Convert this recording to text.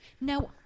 Now